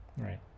right